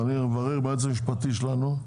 ואני אברר עם היועץ המשפטי שלנו,